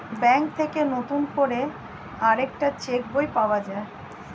bank থেকে নতুন করে আরেকটা চেক বই পাওয়া যায়